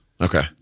Okay